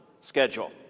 schedule